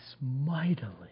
mightily